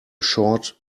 short